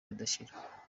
ridashira